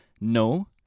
No